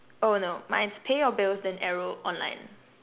oh no mine is pay your bills then arrow online